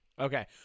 okay